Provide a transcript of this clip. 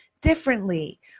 differently